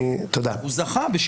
הוא זכה.